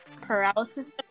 paralysis